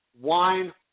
wine